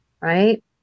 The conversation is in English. Right